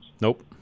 Nope